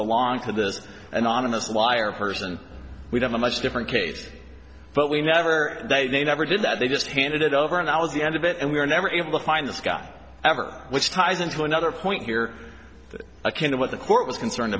belonged to this anonymous wire person we'd have a much different case but we never they never did that they just handed it over and i was the end of it and we were never able to find this guy ever which ties into another point here is akin to what the court was concerned